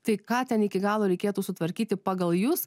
tai ką ten iki galo reikėtų sutvarkyti pagal jus